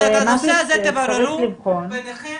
את הנושא הזה תבררו ביניכן